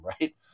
right